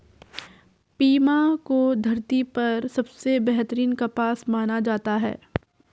Pima को धरती पर सबसे बेहतरीन कपास माना जाता है